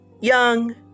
Young